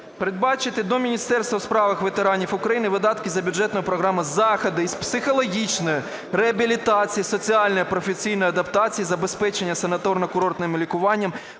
Передбачити до Міністерства у справах ветеранів України видатки за бюджетною програмою заходи із психологічної реабілітації, соціальної, професійної адаптації, забезпечення санаторно-курортним лікуванням